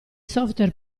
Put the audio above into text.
software